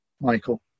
Michael